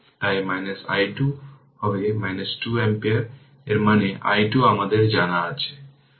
তাই i2 হবে 2 ampere এর মানে i2 আমাদের জানা আছে